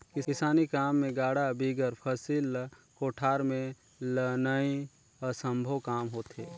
किसानी काम मे गाड़ा बिगर फसिल ल कोठार मे लनई असम्भो काम होथे